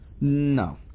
No